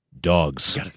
Dogs